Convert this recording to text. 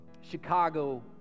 chicago